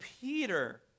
Peter